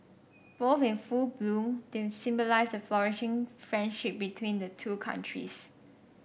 both in full bloom they symbolise the flourishing friendship between the two countries